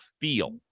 feel